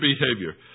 behavior